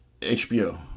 HBO